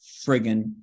friggin